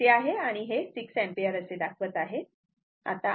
हे DC आहे आणि हे 6 एंपियर असे दाखवत आहे